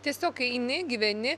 tiesiog eini gyveni